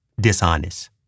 dishonest